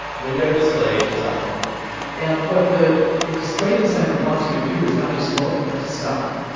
window display designer and what the display designer wants you to do is not just look, but to stop.